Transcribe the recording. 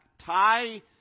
tie